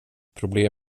problem